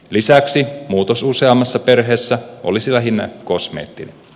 lisäksi muutos useammassa perheessä olisi lähinnä kosmeettinen